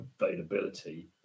availability